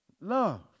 love